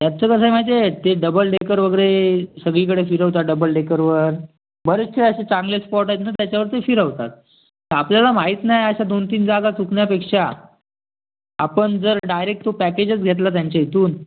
त्यांचं कसं आहे माहिती आहे ते डबल डेकर वगैरे सगळीकडे फिरवतात डबल डेकरवर बरेचसे असे चांगले स्पॉट आहेत ना त्याच्यावर ते फिरवतात तर आपल्याला माहीत नाही अशा दोन तीन जागा सुटण्यापेक्षा आपण जर डायरेक्ट तो पॅकेजच घेतला त्यांच्या इथून